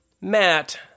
Matt